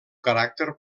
caràcter